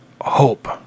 hope